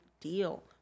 deal